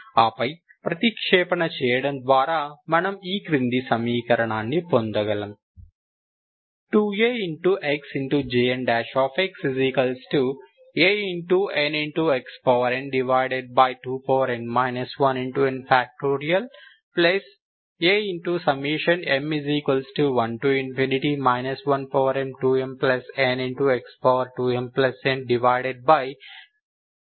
ఆపై ప్రతిక్షేపణ చేయడం ద్వారా మనము ఈ క్రింది సమీకరణాన్ని పొందగలము 2AxJn x Anxn2n 1n